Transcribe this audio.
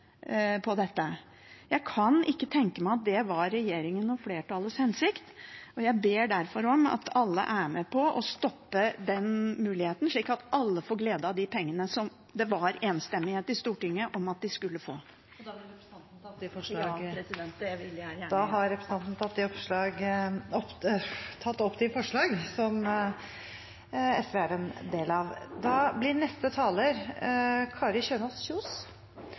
dette? Jeg kan ikke tenke meg at det var regjeringens, og flertallets, hensikt, og jeg ber derfor om at alle er med på å stoppe den muligheten, slik at alle får glede av de pengene som det var enstemmighet i Stortinget om at de skulle få. Vil representanten ta opp forslag? Ja, det vil jeg gjerne. Jeg tar opp de forslagene vi har alene, og de forslagene vi har sammen med Senterpartiet. Representanten Karin Andersen har tatt opp de